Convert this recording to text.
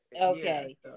okay